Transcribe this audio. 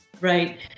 Right